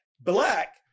black